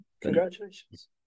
Congratulations